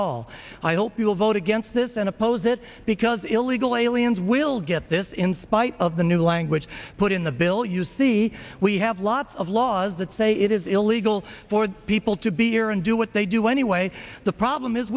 all i hope you will vote against this and oppose it because illegal aliens will get this in spite of the new language put in the villiers see we have lots of laws that say it is illegal for people to be here and do what they do anyway the problem is